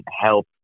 help